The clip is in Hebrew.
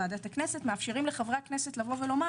ועדת הכנסת מאפשרים לחברי הכנסת לומר